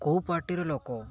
କେଉଁ ପାର୍ଟିର ଲୋକ